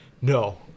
no